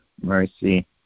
mercy